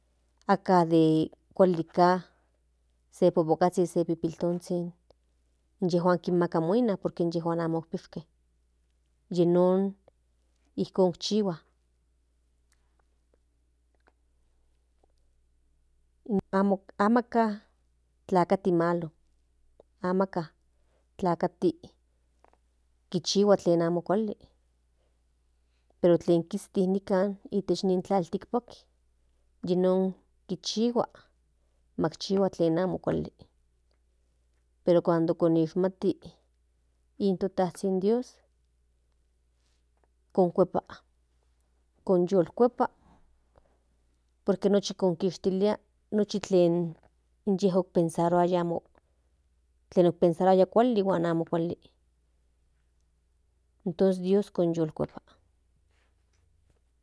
Aka de kuali ka se popokazhin se pipiltonzhin in yejuan kin maka muina porque inyejuan amo pishke yinon icon chihua amo amaka klakati malo amaka klati kik chihua klen amo kuali pero klen kisti nikan ish tlaltikpatl yinon ki chihua makchihua kle amo kuali pero kuando konishmati in totazhin dios konkuepa konyolkuepa porque nuchi ki kishtilia nochi inye opensaroaya kuali pero amo kuali tos dios konyolkuepa.